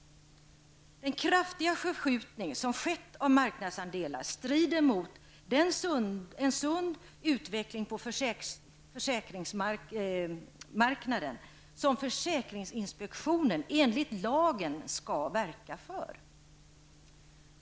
Den kraftiga förskjutning som skett av marknadsandelar strider mot en sund utveckling på försäkringsmarknaden som försäkringsinspektioner enligt lagen skall verka för.